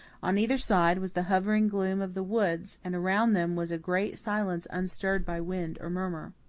on either side was the hovering gloom of the woods, and around them was a great silence unstirred by wind or murmur.